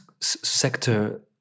sector